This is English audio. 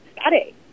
study